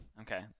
Okay